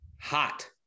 hot